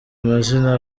amazina